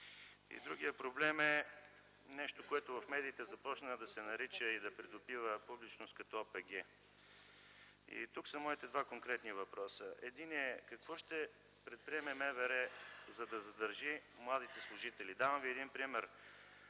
И другият проблем е нещо, което в медиите започна да се нарича и да придобива публичност като ОПГ. И тук са моите два конкретни въпроса. Единият е какво ще предприеме МВР, за да задържи младите служители? Давам ви един пример